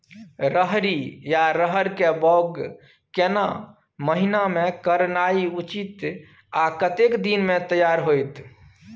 रहरि या रहर के बौग केना महीना में करनाई उचित आ कतेक दिन में तैयार होतय?